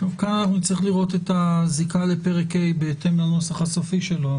כך אנחנו נצטרך לראות את הזיקה לפרק ה' בהתאם לנוסח הסופי שלו.